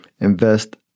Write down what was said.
invest